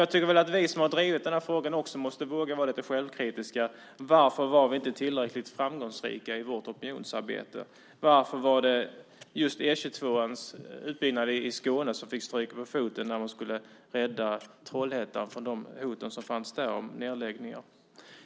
Jag tycker att vi som har drivit den här frågan också måste våga vara lite självkritiska: Varför var vi inte tillräckligt framgångsrika i vårt opinionsarbete? Varför var det just utbyggnaden av E 22 i Skåne som fick stryka på foten när man skulle rädda Trollhättan från de hot om nedläggningar som fanns där?